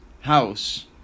house